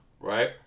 right